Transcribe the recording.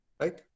right